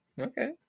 Okay